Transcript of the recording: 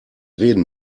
reden